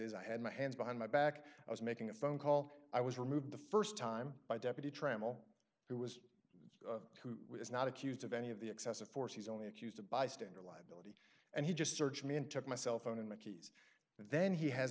is i had my hands behind my back i was making a phone call i was removed the st time by deputy trammell who was who is not accused of any of the excessive force he's only accused of bystander like and he just search me and took my cell phone and my keys and then h